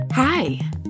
Hi